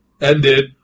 ended